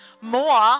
more